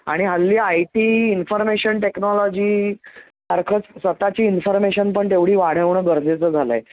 आणि हल्ली I T information technology सारखंच स्वतःची इन्फर्मेशन पण तेवढी वाढवणं गरजेचं झालं आहे